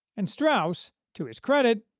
and strauss, to his credit,